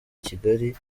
kigali